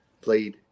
played